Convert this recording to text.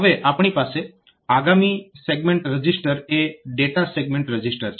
તો હવે આપણી પાસે આગામી સેગમેન્ટ રજીસ્ટર એ ડેટા સેગમેન્ટ રજીસ્ટર છે